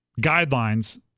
guidelines